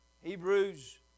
Hebrews